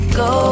go